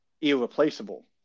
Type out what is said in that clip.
irreplaceable